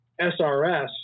SRS